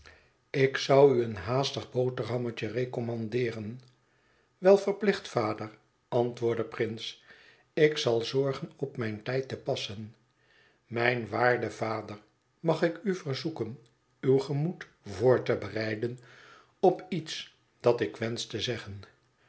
ik zou u een haastig boterhammetje recommandeeren wel verplicht vader antwoordde prince ik zal zorgen op mijn tijd te passen mijn waarde vader mag ik u verzoeken uw gemoed voor te bereiden op iets dat ik wensch te zeggen